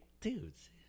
dudes